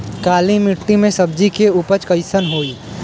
काली मिट्टी में सब्जी के उपज कइसन होई?